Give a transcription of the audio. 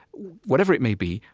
whatever it may be,